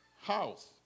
house